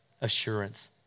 assurance